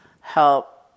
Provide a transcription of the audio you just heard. help